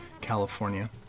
California